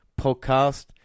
Podcast